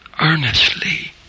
earnestly